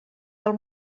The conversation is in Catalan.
del